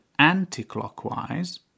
anticlockwise